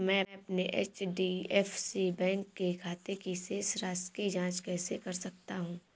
मैं अपने HDFC bank के खाते की शेष राशि की जाँच कैसे कर सकता हूँ?